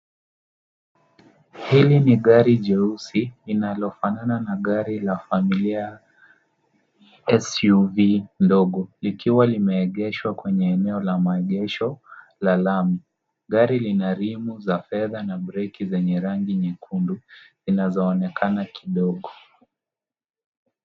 Hili ni gari jeusi linalofanana na gari la familia SUV ndogo likiwa limeegeshwa kwenye eneo la maegesho la lami . Gari lina rimu za fedha na breki zenye rangi nyekundu zinazoonekana kidogo.